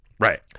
Right